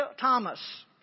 Thomas